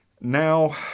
Now